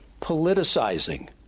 politicizing